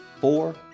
Four